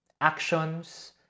actions